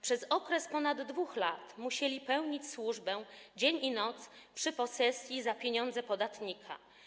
Przez okres ponad 2 lat musieli pełnić służbę dzień i noc przy posesji za pieniądze podatnika.